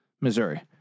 Missouri